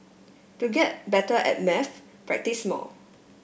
to get better at maths practise more